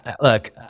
look